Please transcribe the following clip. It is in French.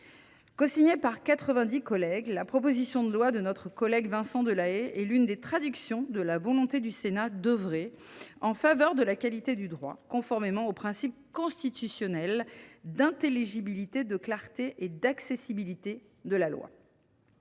vingt dix collègues, la proposition de loi de Vincent Delahaye est l’une des traductions de la volonté du Sénat d’œuvrer en faveur de la qualité du droit, conformément aux principes constitutionnels d’intelligibilité, de clarté et d’accessibilité de la loi.